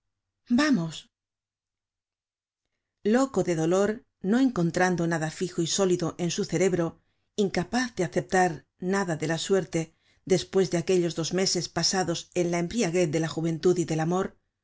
vamos loco de dolor no encontrando nada fijo y sólido en su cerebro incapaz de aceptar nada de la suerte despues de aquellos dos meses pasados en la embriaguez de la juventud y del amor